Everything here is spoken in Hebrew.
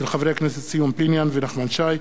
של חברי הכנסת ציון פיניאן ונחמן שי,